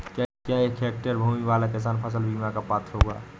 क्या एक हेक्टेयर भूमि वाला किसान फसल बीमा का पात्र होगा?